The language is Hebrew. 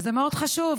וזה מאוד חשוב,